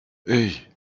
hey